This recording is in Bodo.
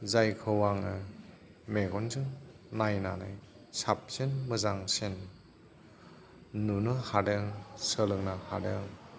जायखौ आङो मेगनजों नायनानै साबसिन मोजांसिन नुनो हादों सोलोंनो हादों